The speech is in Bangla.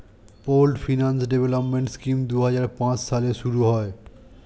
পোল্ড ফিন্যান্স ডেভেলপমেন্ট স্কিম দুই হাজার পাঁচ সালে শুরু হয়